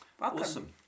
Awesome